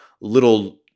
little